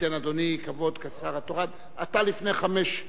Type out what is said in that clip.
וייתן אדוני כבוד כשר התורן, אתה לפני 17:00 תצא.